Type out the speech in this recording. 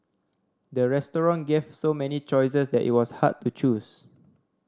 the restaurant gave so many choices that it was hard to choose